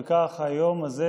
וכך היום הזה,